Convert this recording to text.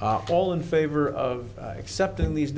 all in favor of accepting these